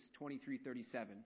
23-37